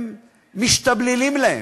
הם משתבללים להם,